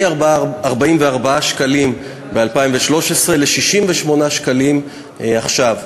מ-44 שקלים ב-2013 ל-68 שקלים עכשיו.